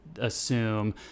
assume